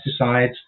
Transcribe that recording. pesticides